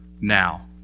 now